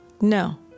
No